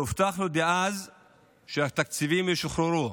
והובטח לו אז שהתקציבים ישוחררו